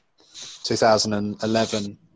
2011